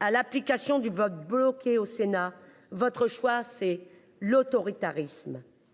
à l'application du vote bloqué au Sénat votre choix c'est l'autoritarisme.